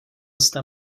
jste